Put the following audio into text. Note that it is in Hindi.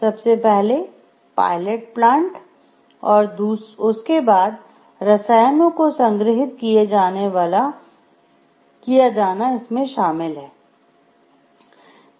सबसे पहले पायलट प्लांट और उसके बाद रसायनों को संग्रहीत किया जाना इसमें शामिल है